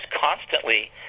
constantly